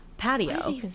Patio